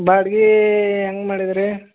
ಬಾಡಿಗೆ ಹೆಂಗ್ ಮಾಡಿದ್ರೀ